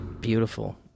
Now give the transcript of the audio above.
Beautiful